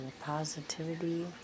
positivity